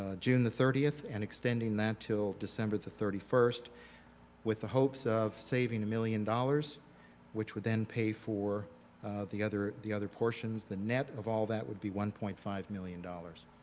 ah june the thirtieth and extending that til december thirty first with the hopes of saving a million dollars which would then pay for the other the other portions, the net of all that would be one point five million dollars.